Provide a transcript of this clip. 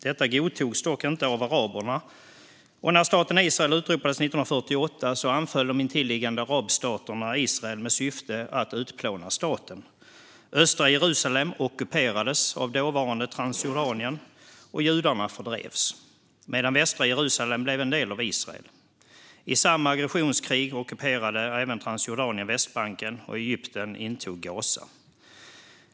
Detta godtogs dock inte av araberna, och när staten Israel utropades 1948 anföll de intilliggande arabstaterna Israel med syfte att utplåna staten. Östra Jerusalem ockuperades av dåvarande Transjordanien, och judarna fördrevs. Västra Jerusalem blev en del av Israel. I samma aggressionskrig ockuperade Transjordanien även Västbanken, och Egypten intog Gaza.